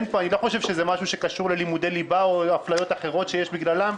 אני לא חושב שזה משהו שקשור ללימודי ליבה או אפליות אחרות שיש בגללן.